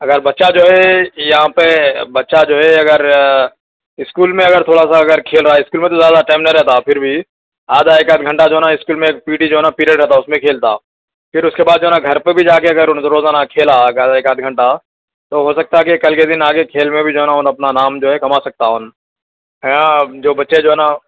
اگر بچہ جو ہے یہاں پہ بچہ جو ہے اگر اسکول میں اگر تھوڑا سا اگر کھیل رہا ہے اسکول میں تو زیادہ ٹائم نہیں رہتا پھر بھی آدھا ایک آدھا گھنٹہ جو ہے نا اسکول میں پی ٹی جو ہے نا پیریڈ رہتا ہے اُس میں کھیلتا پھر اُس کے بعد جو ہے نا گھر پہ بھی جا کے اگر اُن کو روزانہ کھیلا اگر ایک آدھا گھنٹہ تو ہو سکتا ہے کہ کل کے دِن آگے کھیل میں بھی جو ہے نا اُنہوں اپنا نام جو ہے کما سکتا ان ہاں جو بچے جو ہے نا